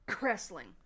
wrestling